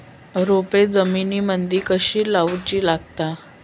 रोपे जमिनीमदि कधी लाऊची लागता?